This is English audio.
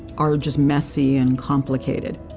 are just messy and complicated.